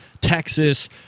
Texas